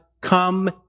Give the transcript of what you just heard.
come